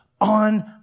on